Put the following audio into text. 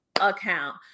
account